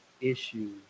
Issues